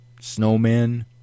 Snowmen